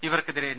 ഇവർക്കെതിരെ എൻ